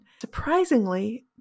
Surprisingly